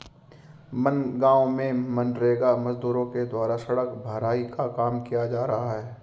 बनगाँव में मनरेगा मजदूरों के द्वारा सड़क भराई का काम किया जा रहा है